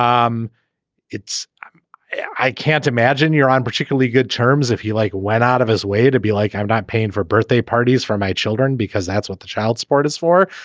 um it's yeah i can't imagine you're on particularly good terms if you like went out of his way to be like i'm not paying for birthday parties for my children because that's what the child support is for.